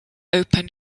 open